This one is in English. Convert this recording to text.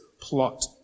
plot